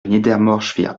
niedermorschwihr